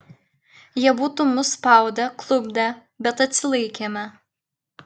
jie būtų mus spaudę klupdę bet atsilaikėme